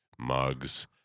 mugs